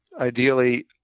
ideally